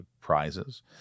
prizes